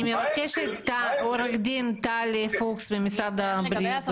אני מבקשת מעורכת דין טל פוקס ממשרד הבריאות,